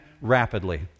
rapidly